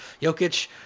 Jokic